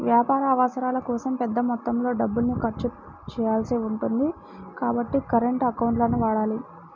వ్యాపార అవసరాల కోసం పెద్ద మొత్తంలో డబ్బుల్ని ఖర్చు చేయాల్సి ఉంటుంది కాబట్టి కరెంట్ అకౌంట్లను వాడాలి